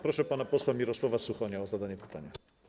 Proszę pana posła Mirosława Suchonia o zadanie pytania.